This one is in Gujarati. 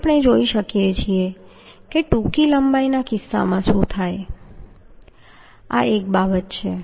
હવે આપણે જોઈ શકીએ છીએ કે ટૂંકી લંબાઈના કિસ્સામાં શું થાય છે આ એક બાબત છે